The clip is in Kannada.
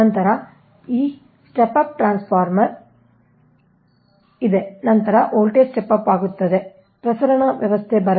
ನಂತರ ಈ ಸ್ಟೆಪ್ ಅಪ್ ಟ್ರಾನ್ಸ್ಫಾರ್ಮರ್ ಇದೆ ನಂತರ ವೋಲ್ಟೇಜ್ ಸ್ಟೆಪ್ ಆಗುತ್ತದೆ ಪ್ರಸರಣ ವ್ಯವಸ್ಥೆ ಬರಲಿದೆ